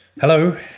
Hello